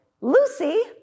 Lucy